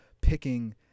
picking